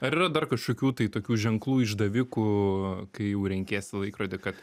ar yra dar kažkokių tai tokių ženklų išdavikų kai jau renkiesi laikrodį kad